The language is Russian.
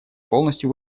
полностью